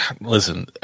Listen